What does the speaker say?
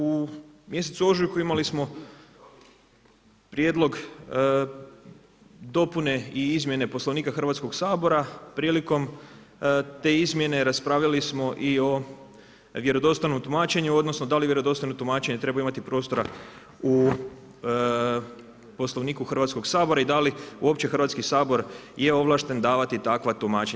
U mjesecu ožujku imali smo prijedlog dopune i izmjene Poslovnika Hrvatskog sabora, prilikom te izmjene raspravili smo i o vjerodostojnom tumačenju odnosno da li vjerodostojnom tumačene treba imati prostora u Poslovniku Hrvatskog sabora i da li uopće Hrvatski sabor je ovlašten davati takva tumačenja.